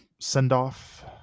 send-off